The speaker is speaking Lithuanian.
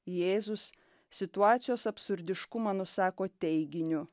jėzus situacijos absurdiškumą nusako teiginiu